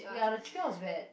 ya the chicken was bad